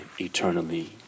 eternally